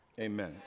Amen